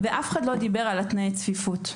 אף אחד לא דיבר על תנאי הצפיפות.